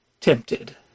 tempted